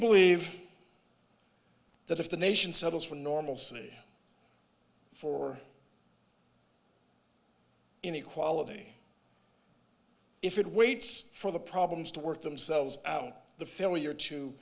believe that if the nation settles for normalcy for inequality if it waits for the problems to work themselves out the failure to